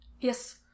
Yes